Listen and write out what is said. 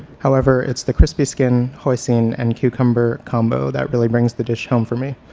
however, it's the crispy skin, hoisin and cucumber combo that really brings the dish home for me,